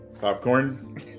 popcorn